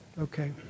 Okay